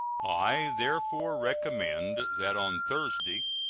i therefore recommend that on thursday,